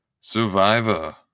survivor